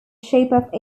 shape